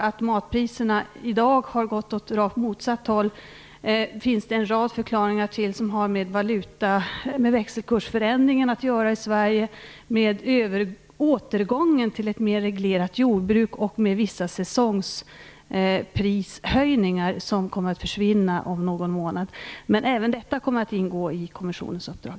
Att matpriserna i dag har gått åt rakt motsatt håll finns det en rad förklaringar till som har att göra med växelkursförändringarna, med återgången till ett mer reglerat jordbruk och med vissa säsongsprishöjningar, som kommer att försvinna om någon månad. Men även detta kommer att ingå i kommissionens uppdrag.